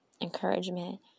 encouragement